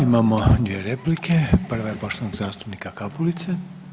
Imamo 2 replike, prva je poštovanog zastupnika Kapulice.